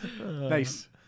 Nice